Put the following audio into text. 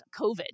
COVID